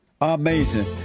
Amazing